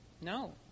No